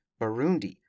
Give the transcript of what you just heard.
Burundi